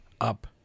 up